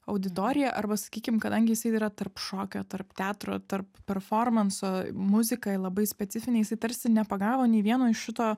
auditoriją arba sakykim kadangi jisai yra tarp šokio tarp teatro tarp performanso muzika labai specifinė jisai tarsi nepagavo nė vieno iš šito